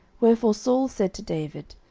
wherefore saul said to david,